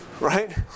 right